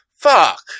fuck